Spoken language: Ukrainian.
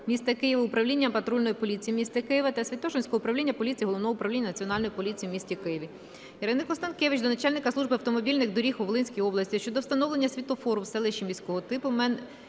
міста Києва, Управління патрульної поліції міста Києва та Святошинського управління поліції Головного управління Національної поліції у місті Києві. Ірини Констанкевич до начальника Служби автомобільних доріг у Волинській області щодо встановлення світлофору в селищі міського типу